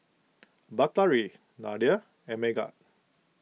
Batari Nadia and Megat